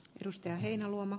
arvoisa puhemies